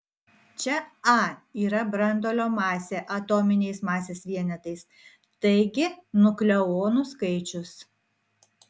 čia a yra branduolio masė atominiais masės vienetais taigi nukleonų skaičius